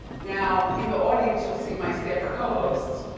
now in the audience, you'll see my stamford co-host.